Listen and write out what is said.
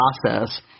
process